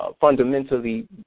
fundamentally